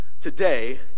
today